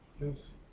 Yes